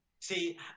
See